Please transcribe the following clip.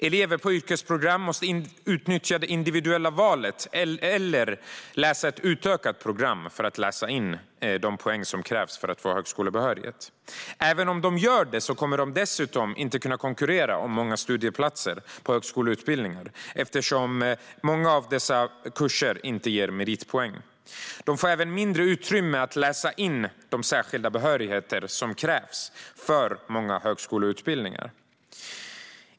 Elever på yrkesprogram måste utnyttja det individuella valet eller läsa ett utökat program för att läsa in de poäng som krävs för att få högskolebehörighet. Även om de gör det kommer de dock inte att kunna konkurrera om många av studieplatserna på högskoleutbildningar, eftersom många av dessa kurser inte ger meritpoäng. Eleverna får även mindre utrymme att läsa in de särskilda behörigheter som krävs för många högskoleutbildningar.